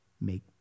make